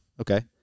Okay